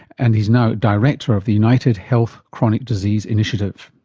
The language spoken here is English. and he is now director of the united health chronic disease initiative.